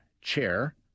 chair